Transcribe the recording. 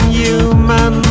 human